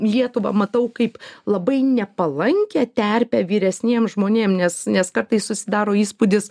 lietuvą matau kaip labai nepalankią terpę vyresniem žmonėm nes nes kartais susidaro įspūdis